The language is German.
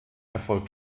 erfolgt